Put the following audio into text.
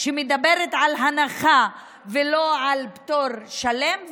שמדברת על הנחה ולא על פטור שלם.